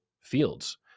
fields